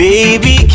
Baby